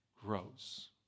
grows